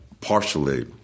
partially